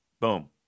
Boom